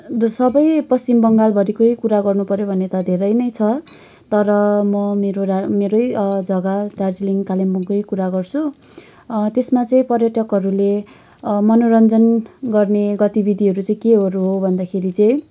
ज सबै पश्चिम बङ्गालभरिको कुरा गर्नुपऱ्यो भने त धेरै नै छ तर म मेरो मेरै जग्गा दार्जिलिङ कालिम्पोङकै कुरा गर्छु त्यसमा चाहिँ पर्यटकहरूले मनोरञ्जन गर्ने गतिविधिहरू चाहिँ केहरू हो भन्दाखेरि चाहिँ